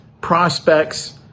prospects